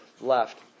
left